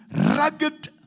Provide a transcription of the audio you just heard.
rugged